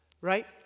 right